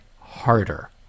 harder